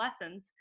lessons